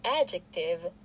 adjective